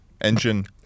Engine